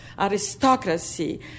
aristocracy